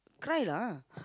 cry lah